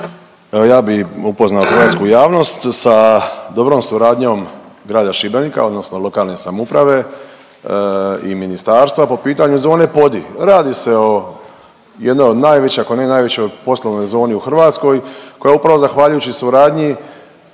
ja bih upoznao hrvatsku javnost sa dobrom suradnjom grada Šibenika odnosno lokalne samouprave i ministarstva po pitanju zone Podi. Radi se o jednoj od najvećoj, ako ne najvećoj poslovnoj zoni u Hrvatskoj koja upravo zahvaljujući suradnji